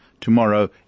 tomorrow